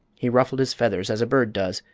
he ruffled his feathers as a bird does,